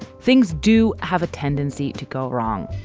things do have a tendency to go wrong,